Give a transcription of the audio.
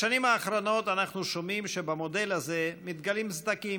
בשנים האחרונות אנחנו שומעים שבמודל הזה נבעים סדקים.